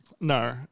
No